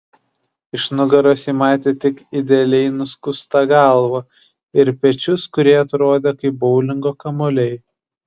iš nugaros ji matė tik idealiai nuskustą galvą ir pečius kurie atrodė kaip boulingo kamuoliai